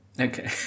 okay